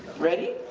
ready?